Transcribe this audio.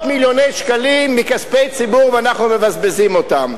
מיליוני שקלים מכספי ציבור ואנחנו ומבזבזים אותם.